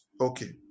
Okay